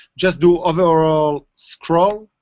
just do overall scroll.